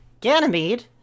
ganymede